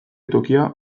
tokia